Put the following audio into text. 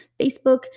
Facebook